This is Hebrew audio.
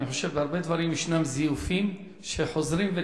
אני חושב שבהרבה דברים יש זיופים חוזרים ונשנים.